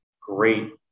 great